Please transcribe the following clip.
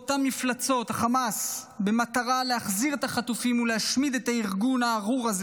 מפלצות החמאס במטרה להחזיר את החטופים ולהשמיד את הארגון הארור הזה,